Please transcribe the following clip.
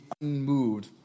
unmoved